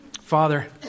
Father